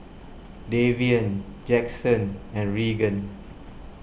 Davian Jackson and Regan